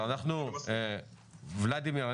ולדימיר,